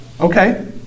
Okay